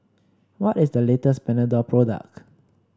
what is the latest Panadol product